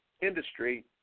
industry